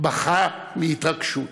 בכה מהתרגשות.